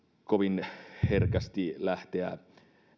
kovin herkästi lähteä